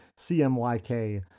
CMYK